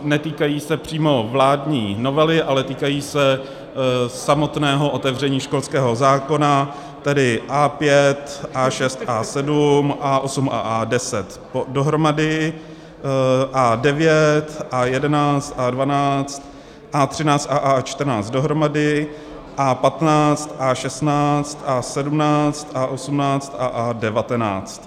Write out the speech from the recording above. Netýkají se přímo vládní novely, ale týkají se samotného otevření školského zákona, tedy A5, A6, A7, A8 a A10 dohromady, A9, A11, A12, A13 a A14 dohromady, A15, A16, A17, A18 a A19.